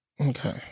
Okay